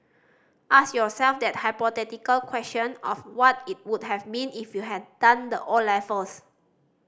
ask yourself that hypothetical question of what it would have been if you had done the O levels